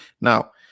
Now